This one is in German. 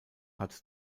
hat